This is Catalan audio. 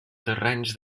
terrenys